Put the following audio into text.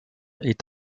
est